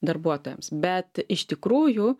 darbuotojams bet iš tikrųjų